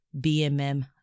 BMM